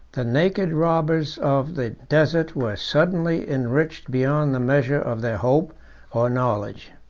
the naked robbers of the desert were suddenly enriched beyond the measure of their hope or knowledge.